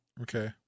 Okay